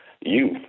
youth